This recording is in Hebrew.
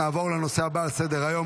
נעבור לנושא הבא על סדר-היום,